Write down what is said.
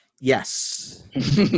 Yes